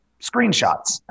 screenshots